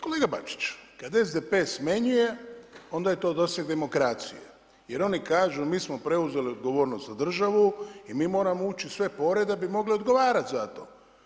Kolega Bačić, kada SDP-e smjenjuje onda je to doseg demokracije jer oni kažu mi smo preuzeli odgovornost za državu i mi moramo ući u sve pore da bi mogli odgovarati za to.